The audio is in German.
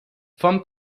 vom